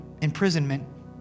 imprisonment